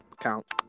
count